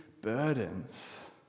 burdens